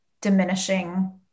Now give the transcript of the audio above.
diminishing